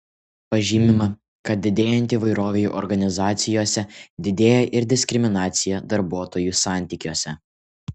pažymima kad didėjant įvairovei organizacijose didėja ir diskriminacija darbuotojų santykiuose